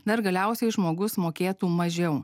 na ir galiausiai žmogus mokėtų mažiau